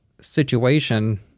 situation